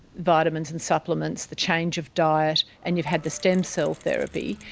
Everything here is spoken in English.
vitamins and supplements, the change of diet and you've had the stem cell therapy.